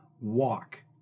walk